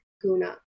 guna